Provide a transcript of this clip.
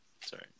sorry